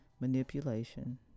Manipulation